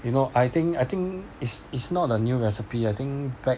you know I think I think is is not a new recipe I think back